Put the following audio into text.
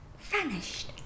vanished